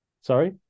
Sorry